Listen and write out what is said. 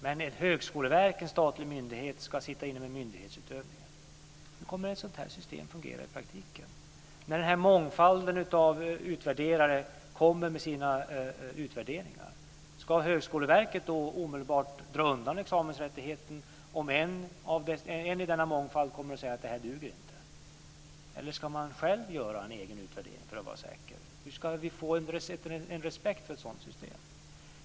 Men Högskoleverket som är en statlig myndighet ska ägna sig åt myndighetsutövning. Hur kommer ett sådant här system att fungera i praktiken, när mångfalden av utvärderare kommer med sina utvärderingar? Ska Högskoleverket då omedelbart dra undan examensrättigheten om en i denna mångfald säger att det inte duger? Eller ska man själv göra en utvärdering för att vara säker? Hur ska man få respekt för ett sådant system?